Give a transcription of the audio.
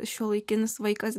šiuolaikinis vaikas